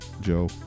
Joe